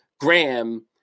Graham